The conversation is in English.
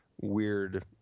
weird